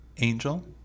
Angel